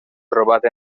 trobat